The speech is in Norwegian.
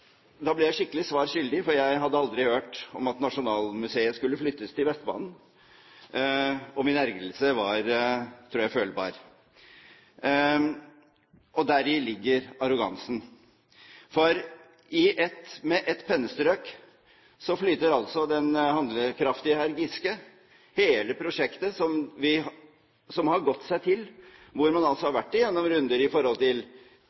Da ble jeg skikkelig svar skyldig, for jeg hadde aldri hørt om at Nasjonalmuseet skulle flyttes til Vestbanen, og min ergrelse var, tror jeg, følbar. Og deri ligger arrogansen. Med ett pennestrøk flytter altså den handlekraftige hr. Giske hele prosjektet, som har gått seg til, hvor man altså har vært gjennom runder i forhold til